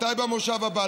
מתי במושב הבא?